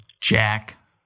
Jack